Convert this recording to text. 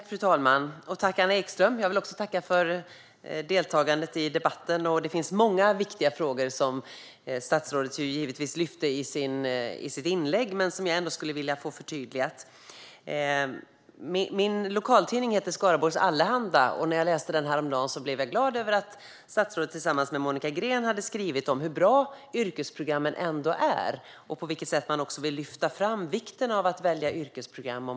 Fru talman! Jag vill också tacka Anna Ekström för deltagandet i debatten. Det var många viktiga frågor som statsrådet lyfte i sitt inlägg, men jag skulle ändå vilja få det förtydligat. Min lokaltidning heter Skaraborgs Allehanda. När jag läste den häromdagen blev jag glad. Statsrådet hade tillsammans med Monica Green skrivit om hur bra yrkesprogrammen är. Man ville lyfta fram vikten av att välja yrkesprogram.